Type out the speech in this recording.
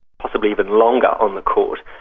possibly even longer on the court.